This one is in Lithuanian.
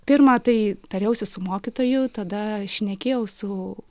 pirma tai tariausi su mokytoju tada šnekėjau su